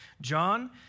John